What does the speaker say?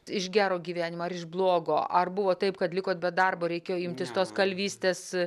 iš gero gyvenimo ar iš blogo ar buvo taip kad likot be darbo reikėjo imtis tos kalvystės